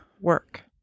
work